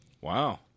Wow